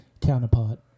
counterpart